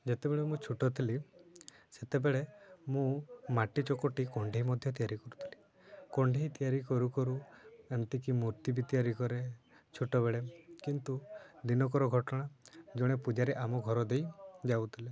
ଯେତେବେଳେ ମୁଁ ଛୋଟ ଥିଲି ସେତେବେଳେ ମୁଁ ମାଟି ଚକଟି କଣ୍ଢେଇ ମଧ୍ୟ ତିଆରି କରୁଥିଲି କଣ୍ଢେଇ ତିଆରି କରୁ କରୁ ଏମିତିକି ମୂର୍ତ୍ତି ବି ତିଆରି କରେ ଛୋଟବେଳେ କିନ୍ତୁ ଦିନକର ଘଟଣା ଜଣେ ପୂଜାରୀ ଆମ ଘର ଦେଇ ଯାଉଥିଲେ